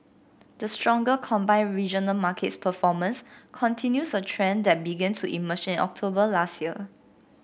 the stronger combined regional markets performance continues a trend that began to emerge in October last year